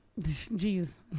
Jeez